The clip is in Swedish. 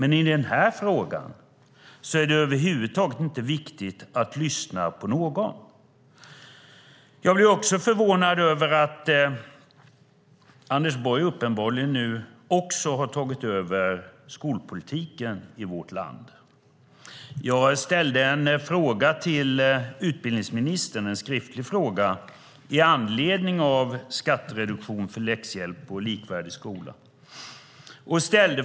Men i den här frågan är det över huvud taget inte viktigt att lyssna på någon. Jag blir också förvånad över att Anders Borg nu uppenbarligen också har tagit över skolpolitiken i vårt land. Jag ställde en skriftlig fråga till utbildningsministern i anledning av skattereduktion för läxhjälp och en likvärdig skola.